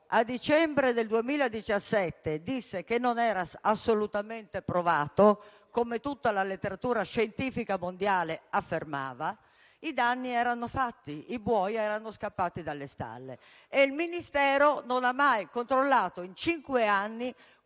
dicembre 2017, disse che non era assolutamente provato (come tutta la letteratura scientifica mondiale affermava), i danni erano fatti e i buoi erano scappati dalle stalle. E il Ministero in cinque anni